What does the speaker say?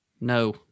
No